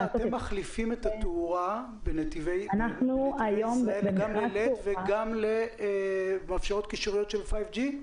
אתם מחליפים את התאורה בנתיבי ישראל גם ללד וגם שמאפשרת קישוריות של G5?